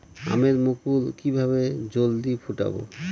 আমের মুকুল কিভাবে জলদি ফুটাব?